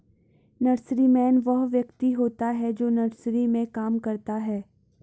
nurseryman वह व्यक्ति होता है जो नर्सरी में काम करता है